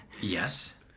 Yes